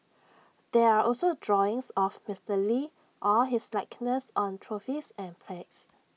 there are also drawings of Mister lee or his likeness on trophies and plagues